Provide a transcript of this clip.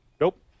Nope